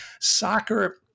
Soccer